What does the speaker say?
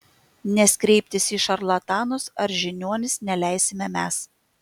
nes kreiptis į šarlatanus ar žiniuonius neleisime mes